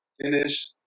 Finish